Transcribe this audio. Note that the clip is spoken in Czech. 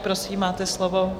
Prosím, máte slovo.